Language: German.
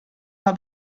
war